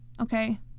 Okay